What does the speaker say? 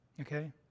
Okay